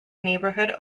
neighbourhood